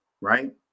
Right